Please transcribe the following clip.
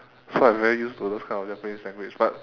so I'm very used to those kind of japanese language but